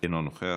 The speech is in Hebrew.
אינו נוכח,